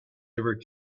ever